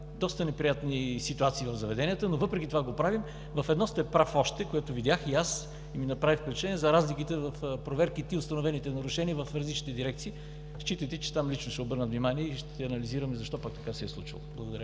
доста неприятни ситуации в заведенията, но въпреки това го правим. В едно още сте прав, което видях и аз и ми направи впечатление – за разликите в проверките и установените нарушения в различните дирекции. Считайте, че там лично ще обърна внимание и ще анализирам защо така се е случило. Благодаря.